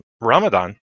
Ramadan